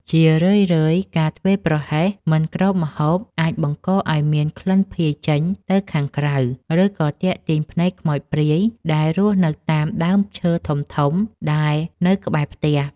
ជារឿយៗការធ្វេសប្រហែសមិនគ្របម្ហូបអាចបង្កឱ្យមានក្លិនភាយចេញទៅខាងក្រៅ ឬក៏ទាក់ទាញភ្នែកខ្មោចព្រាយដែលរស់នៅតាមដើមឈើធំៗដែលនៅក្បែរផ្ទះ។